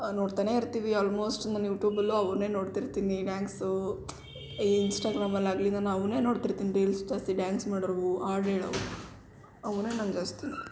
ನೋಡ್ತಾನೇ ಇರ್ತೀವಿ ಆಲ್ಮೋಸ್ಟ್ ನಾನು ಯುಟ್ಯೂಬಲ್ಲೂ ಅವ್ರನ್ನೇ ನೋಡ್ತಿರ್ತೀನಿ ಡ್ಯಾಂಗ್ಸು ಈ ಇನ್ಸ್ಟಾಗ್ರಾಮಲ್ಲಾಗಲಿ ನಾನು ಅವುನ್ನೇ ನೋಡ್ತಿರ್ತೀನಿ ರೀಲ್ಸ್ ಜಾಸ್ತಿ ಡಾನ್ಸ್ ಮಾಡೋವ್ರು ಹಾಡು ಹೇಳೋವ್ರು ಅವುನ್ನೇ ನಾನು ಜಾಸ್ತಿ